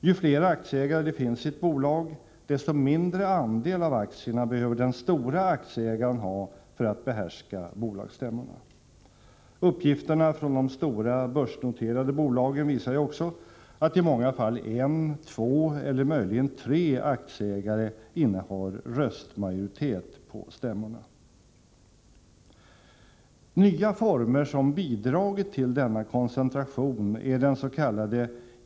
Ju flera aktieägare det finns i ett bolag, desto mindre andel av aktierna behöver den stora aktieägaren ha för att behärska bolagsstämmorna. Uppgifterna från de stora börsnoterade bolagen visar också att i många fall en, två eller möjligen tre aktieägare innehar röstmajoritet på stämmorna. Nya former som bidragit till denna koncentration är dens.k.